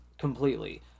completely